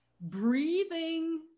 breathing